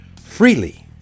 freely